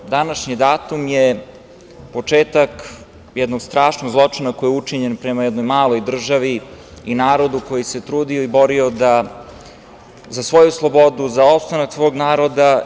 Današnji datum je početak jednog strašnog zločina koji je učinjen prema jednoj maloj državi i narodu koji se trudio i borio za svoju slobodu, za opstanak svog naroda.